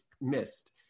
missed